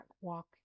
walk